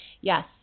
yes